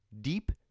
Deep